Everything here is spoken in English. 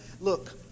look